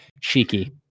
Cheeky